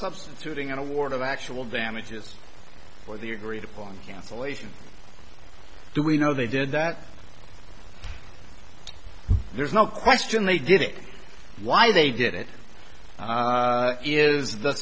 substituting an award of actual damages for the agreed upon cancellation do we know they did that there's no question they did it why they did it is the